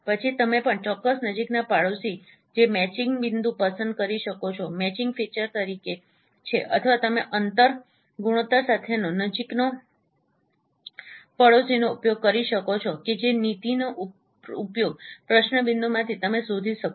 પછી તમે પણ ચોક્કસ નજીકના પાડોશી જે મેચિંગ બિંદુ પસંદ કરી શકો છો મેચિંગ ફીચર તરીકે છે અથવા તમે અંતર ગુણોત્તર સાથેનો નજીકનો પડોશીનો ઉપયોગ કરી શકો છો કે જે નીતિનો ઉપયોગ પ્રશ્ન બિંદુમાંથી તમે શોધી શકો